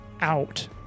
out